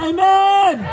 Amen